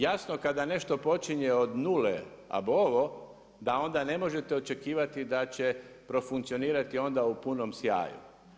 Jasno, kada nešto počinje od nule, … da onda ne možete očekivati da će profunkcionirati onda u punom sjaju.